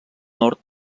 nord